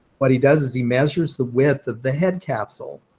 what he does is he measures the width of the head capsule.